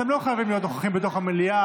אתם לא חייבים להיות נוכחים במליאה,